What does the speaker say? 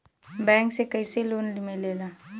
Bank से कइसे loan मिलेला?